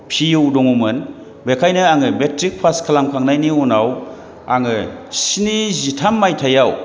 P इउ दङमोन बेनिखायनो आङो मेट्रिक पास खालामखांनायनि उनाव आङो स्निजिथाम मायथाइआव